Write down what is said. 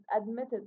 admitted